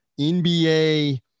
NBA